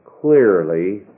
clearly